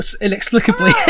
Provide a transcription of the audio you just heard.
inexplicably